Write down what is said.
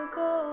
go